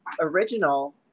original